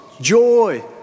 joy